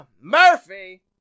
Murphy